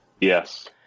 Yes